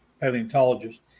paleontologist